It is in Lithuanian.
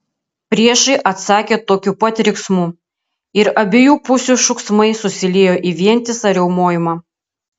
priešai atsakė tokiu pat riksmu ir abiejų pusių šūksmai susiliejo į vientisą riaumojimą